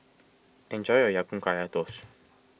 enjoy your Ya Kun Kaya Toast